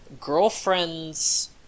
Girlfriend's